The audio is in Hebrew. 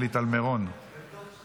חברת הכנסת שלי טל מירון, מוותרת,